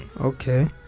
okay